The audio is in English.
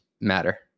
matter